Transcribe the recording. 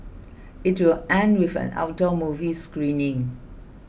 it will end with an outdoor movie screening